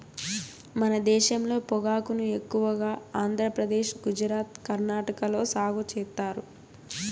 మన దేశంలో పొగాకును ఎక్కువగా ఆంధ్రప్రదేశ్, గుజరాత్, కర్ణాటక లో సాగు చేత్తారు